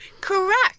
Correct